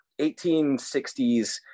1860s